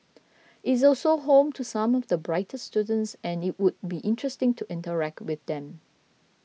is also home to some of the brightest students and it would be interesting to interact with them